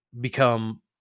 become